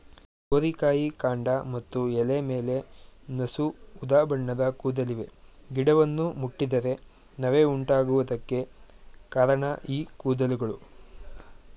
ಗೋರಿಕಾಯಿ ಕಾಂಡ ಮತ್ತು ಎಲೆ ಮೇಲೆ ನಸು ಉದಾಬಣ್ಣದ ಕೂದಲಿವೆ ಗಿಡವನ್ನು ಮುಟ್ಟಿದರೆ ನವೆ ಉಂಟಾಗುವುದಕ್ಕೆ ಕಾರಣ ಈ ಕೂದಲುಗಳು